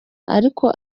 ariko